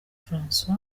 francois